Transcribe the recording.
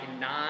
nine